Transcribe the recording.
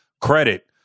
credit